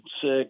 six